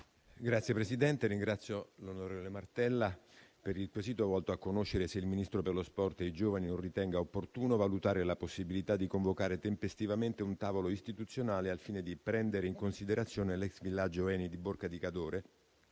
Signor Presidente, ringrazio l'onorevole Martella per il quesito volto a conoscere se il Ministro per lo sport e i giovani non ritenga opportuno valutare la possibilità di convocare tempestivamente un tavolo istituzionale al fine di prendere in considerazione l'ex villaggio ENI di Borca di Cadore